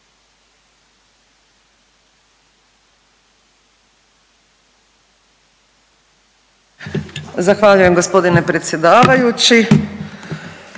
Zahvaljujem g. predsjedavajući.